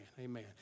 amen